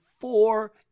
four